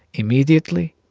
immediately,